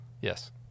Yes